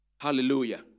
Hallelujah